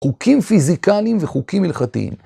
חוקים פיזיקליים וחוקים הלכתיים.